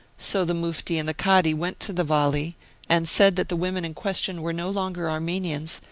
so the mufti and the kadi went to the vali and said that the women in question were no longer armenians,